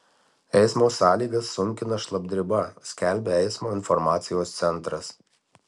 eismo sąlygas sunkina šlapdriba skelbia eismo informacijos centras